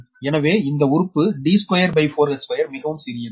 எனவே இந்த உறுப்பு D24h2 மிகவும் சிறியது